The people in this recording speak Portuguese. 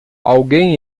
alguém